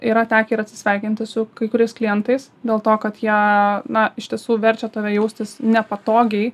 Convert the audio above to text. yra tekę ir atsisveikinti su kai kuriais klientais dėl to kad jie na iš tiesų verčia tave jaustis nepatogiai